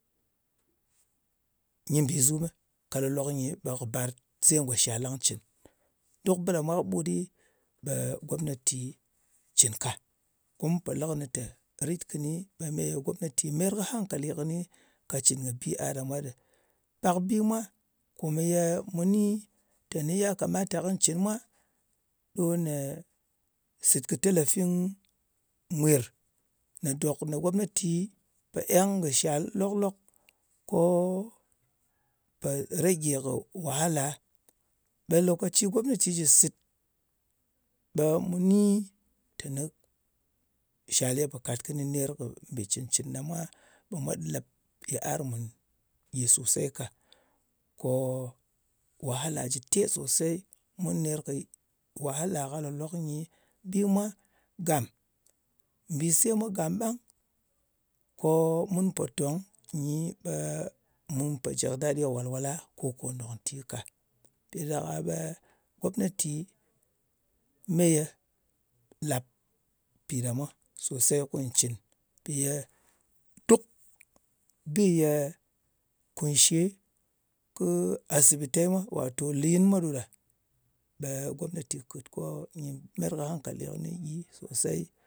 Nyɨ mbìzumɨ, ɓe ka lòlok nyi ɓe kɨ bar se ngò shal ɗang cɨn. Dok ɓɨ ɗa mwa kɨɓut ɗi, ɓe gomnati cɨn ka. Kum pò lɨ kɨnɨ ttè, rit kɨni, ɓe gomnati meyer kɨ hankali kɨni ka cɨn kɨ bi a ɗa mwa ɗɨ. Pak bi mwa, kòmèyè u ni ya kamata kɨy cɨn mwa, ɗo me sɨt kɨ talafin mwuir, nè dòk nè gomnati po eng kɨ shal lok-lok, ko rage kɨ wahala. Ɓè lòkaci mu ni gomnati jɨ sɨt, ɓe mu ni teni shal kɨni ye pò kàt kɨnɨ ner kɨ mbì cɨn-cɨn ɗa mwa, ɓe mwa lēp yiar mùn yè susey ka. Ko wahala jɨ te susey. Mun ner kɨ wahala ka lòlok nyɨ. Bi mwa gàm. Mbìse mwa gam ɓang. Ko mun pò tòng nyi, ɓe mu pò jɨ dadi kɨ wàlwala ko ndòk nti ka. Mpɨ̀ ɗa ɗak-a ɓe gomnati meye lap pi ɗa mwa sosai ko nyɨ cɨn. Mpì ye duk bi ye kùnshe kɨ asibitai mwa, wàto lɨyin mwa ɗo ɗa. in kɨ ar ɗa mwa ɓe, kɨt ko gomnati nyɨ mayar kɨ hankali kɨni gyi sòsey.